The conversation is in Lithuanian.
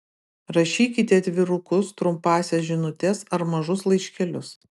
rašykite atvirukus trumpąsias žinutes ar mažus laiškelius